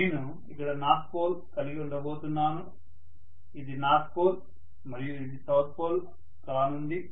నేను ఇక్కడ north pole కలిగి ఉండబోతున్నాను ఇది నార్త్ పోల్ మరియు ఇది సౌత్ పోల్ కానుంది